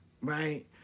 right